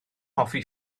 hoffi